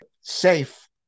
Safe